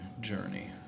journey